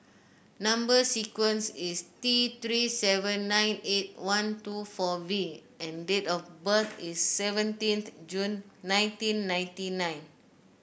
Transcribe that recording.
number sequence is T Three seven nine eight one two four V and date of birth is seventeenth June nineteen ninety nine